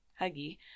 Huggy